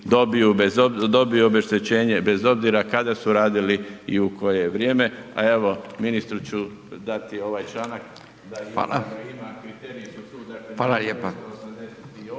dobiju obeštećenje bez obzira kada su radili i u koje vrijeme, a evo ministru ću dati ovaj članak da ima …/Govornik